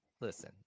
listen